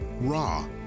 raw